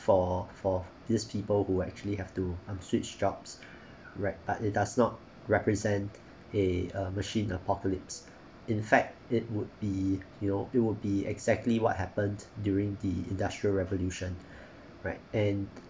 for for these people who actually have to um switch jobs right but it does not represent eh a machine apocalypse in fact it would be you know it would be exactly what happened during the industrial revolution right and